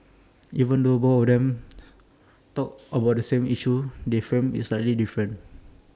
even though both of them talked about the same issue they framed IT slightly different